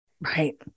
right